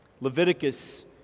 Leviticus